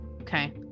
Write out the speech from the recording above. Okay